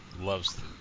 loves